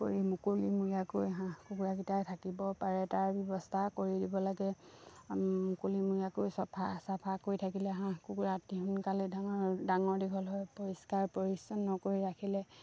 পৰি মুকলিমূৰীয়াকৈ হাঁহ কুকুৰাকেইটাই থাকিব পাৰে তাৰ ব্যৱস্থা কৰি দিব লাগে মুকলিমূৰীয়াকৈ চফা চাফা কৰি থাকিলে হাঁহ কুকুৰা অতি সোনকালে ডাঙৰ ডাঙৰ দীঘল হৈ পৰিষ্কাৰ পৰিচ্ছন্ন কৰি ৰাখিলে